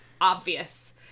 obvious